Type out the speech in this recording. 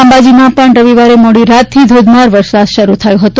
અંબાજીમાં પણ રવિવારે મોડી રાતથી ધોધમાર વરસાદ શરૂ થયો હતો